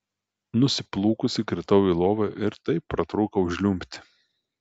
nusiplūkusi kritau į lovą ir taip pratrūkau žliumbti